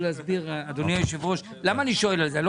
להסביר למה אני שואל על זה.